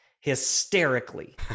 hysterically